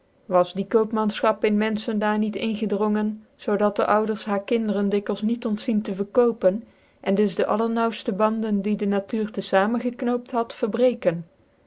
was die koopmanfehap in rnenfehen dair niet ingedrongen zoo dat dc ouders haar kinderen dikwils niet ontzien tc verkopen cn dus dc allernaauwfte banden die de natuur te amen geknoopt had verbrcekcn